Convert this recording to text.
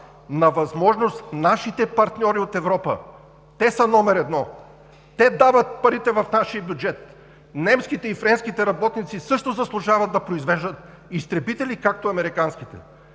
на възможност нашите партньори от Европа, те са номер едно, те дават парите в нашия бюджет, немските и френските работници също заслужават да произвеждат изтребители, както американските.